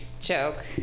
joke